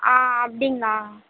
ஆ அப்படிங்களா